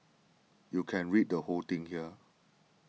you can read the whole thing here